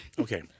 Okay